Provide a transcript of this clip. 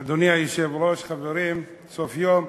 אדוני היושב-ראש, חברים, סוף יום.